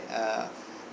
uh